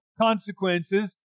consequences